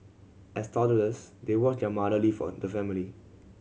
as toddlers they watched their mother leave on the family